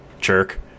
jerk